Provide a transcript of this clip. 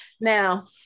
Now